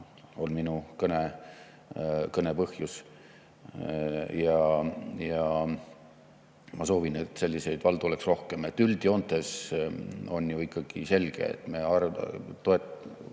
on minu kõne põhjus. Ja ma soovin, et selliseid valdu oleks rohkem. Üldjoontes on ikkagi selge, et me kulutame